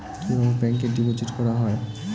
কিভাবে ব্যাংকে ডিপোজিট করা হয়?